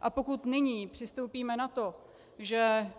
A pokud nyní přistoupíme na to, že